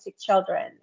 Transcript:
children